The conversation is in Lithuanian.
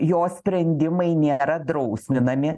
jos sprendimai nėra drausminami